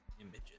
images